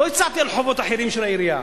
לא הצעתי על חובות אחרים של העירייה.